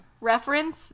reference